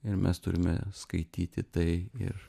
ir mes turime skaityti tai ir